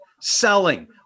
selling